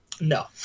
no